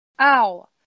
Ow